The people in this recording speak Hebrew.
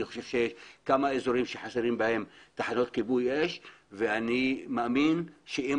יש אזורים שחסרים בהם תחנות כיבוי אש ואני מאמין שאם